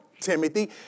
Timothy